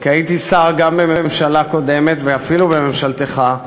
כי הייתי שר גם בממשלה קודמת ואפילו בממשלתך,